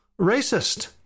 racist